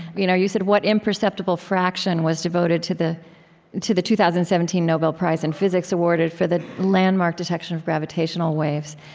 you know you said, what imperceptible fraction was devoted to the to the two thousand and seventeen nobel prize in physics awarded for the landmark detection of gravitational waves.